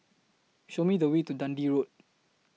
Show Me The Way to Dundee Road